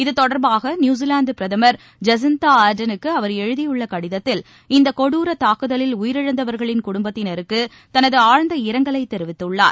இத்தொடர்பாக நியூசிலாந்து பிரதமர் ஜஸிந்தா ஆர்டனுக்கு அவர் எழுதியுள்ள கடிதத்தில் இந்த கொடுர தாக்குதலில் உயிரிழந்தவர்களின் குடும்பத்தினருக்கு தனது ஆழ்ந்த இரங்கலை தெரிவித்துள்ளார்